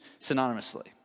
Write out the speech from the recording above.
synonymously